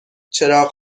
چراغ